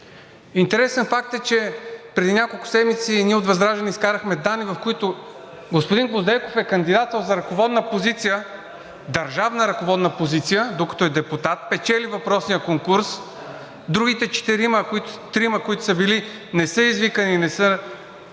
Интересен факт е, че преди няколко седмици ние от ВЪЗРАЖДАНЕ изкарахме данни, в които господин Гвоздейков е кандидатствал за ръководна позиция – държавна ръководна позиция, докато е депутат, печели въпросния конкурс, другите четирима – трима, които са били, не са извикани, не са